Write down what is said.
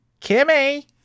Kimmy